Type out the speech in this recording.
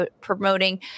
promoting